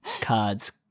cards